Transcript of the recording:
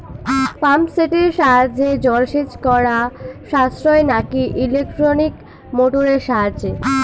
Pump সেটের সাহায্যে জলসেচ করা সাশ্রয় নাকি ইলেকট্রনিক মোটরের সাহায্যে?